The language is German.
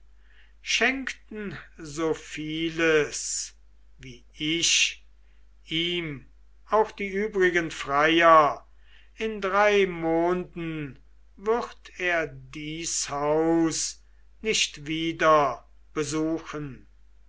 schenkten so vieles wie ich ihm auch die übrigen freier in drei monden würd er dies haus nicht wieder besuchen